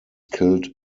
killed